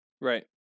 Right